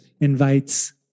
invites